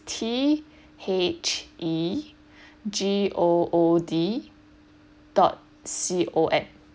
T H E G O O D dot C O M